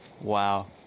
Wow